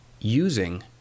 using